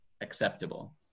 acceptable